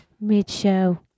mid-show